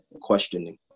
questioning